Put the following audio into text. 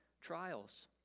trials